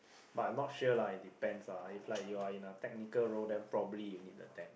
but not sure lah it depends lah if like you're in the technical role then probably you'll need the depth